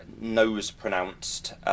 nose-pronounced